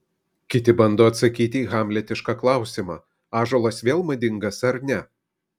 kiti bando atsakyti į hamletišką klausimą ąžuolas vėl madingas ar ne